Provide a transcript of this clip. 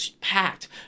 packed